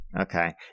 Okay